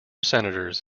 senators